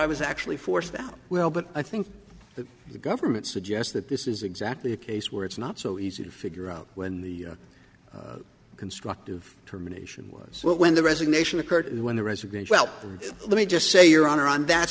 i was actually forced out well but i think that the government suggests that this is exactly a case where it's not so easy to figure out when the constructive termination was when the resignation occurred when the resignation well let me just say your honor and that